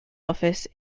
office